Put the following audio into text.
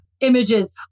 images